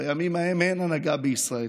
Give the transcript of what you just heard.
בימים ההם אין הנהגה בישראל.